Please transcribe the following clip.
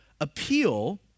appeal